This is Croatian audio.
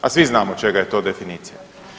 A svi znamo čega je to definicija.